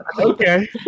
Okay